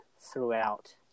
throughout